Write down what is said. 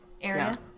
area